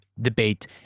debate